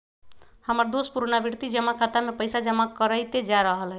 हमर दोस पुरनावृति जमा खता में पइसा जमा करइते जा रहल हइ